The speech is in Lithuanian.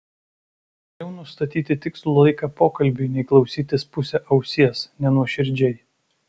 geriau nustatyti tikslų laiką pokalbiui nei klausytis puse ausies nenuoširdžiai